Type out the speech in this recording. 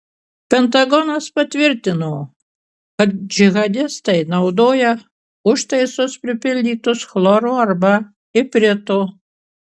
pentagonas patvirtino kad džihadistai naudoja užtaisus pripildytus chloro arba iprito